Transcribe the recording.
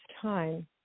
time